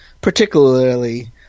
Particularly